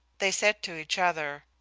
they said to each other,